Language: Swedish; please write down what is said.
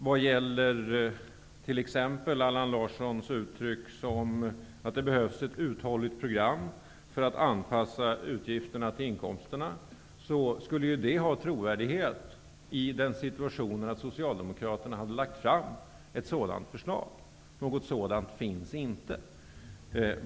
Vad gäller exempelvis Allan Larssons uttryck att det behövs ett uthålligt program för att anpassa utgifterna till inkomsterna, skulle det ha trovärdighet i den situationen att Socialdemokraterna hade lagt fram ett sådant förslag, men något sådant finns inte.